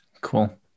cool